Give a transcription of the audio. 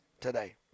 today